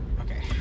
Okay